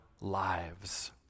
lives